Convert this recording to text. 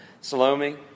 Salome